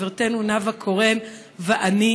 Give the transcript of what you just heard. חברתנו נאוה בוקר ואני.